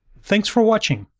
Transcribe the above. thanks for watching.